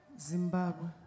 Zimbabwe